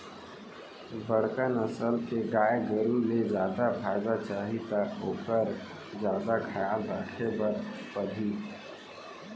बड़का नसल के गाय गरू ले जादा फायदा चाही त ओकर जादा खयाल राखे बर परही